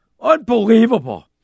Unbelievable